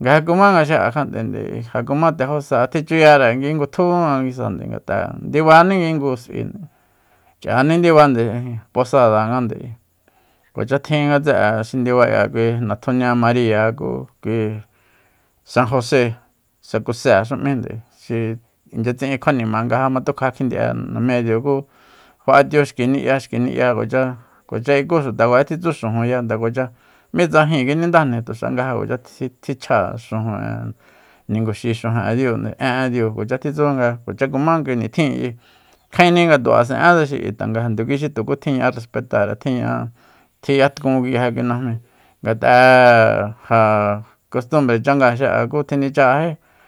nga ja kumanga xi'a kjat'ende ja kuma tejósa tjichuyare kingutju nga nguisande ngat'a ndibani kingu s'uende k'iani ndibande ijin posadangande kuacha kjin nga tse'e xi ndiba k'ia kui natjunia mariya ku kui san jose sa kusé xu m'índe xi inchya tsi'in kjuanima nga ja matukja kjindi'e namiña diu ku fa'atiu xki ni'ya xi ni'ya cuacha iku xuta kuacha tjitsu xunya nde kuacha mitsa jíin kinindajni ja tuxa kuacha tichja xujun'e ninguxi xujun'e diu en'e diu kuacha tjitsu nga kuacha kumá kui nitjin ayi kjaenni nga tu asen'étse xi'i tanga ja tuku tjiña'a respetáare tji ña'a tjiyatkun nguije kui najmíi ngt'a'e ja kostumbre chang'áa xi'a ku tjinichajají